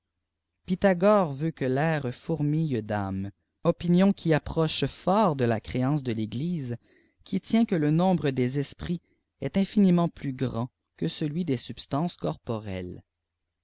pythagore veut qwe l'air fburnliile âfkmëë ôpiriiiâw lttf approche fort de la créance de l'eglise qui tient qtie lé noàibre des esprits est infiniment plus grand que celui des substances corporelles